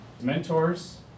mentors